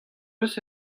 eus